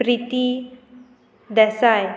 Priti Desai